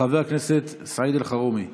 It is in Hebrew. חבר הכנסת סעיד אלחרומי,